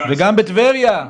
וגם בטבריה,